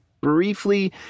briefly